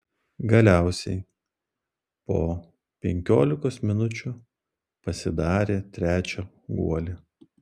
galiausiai po penkiolikos minučių pasidarė trečią guolį